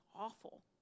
awful